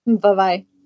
Bye-bye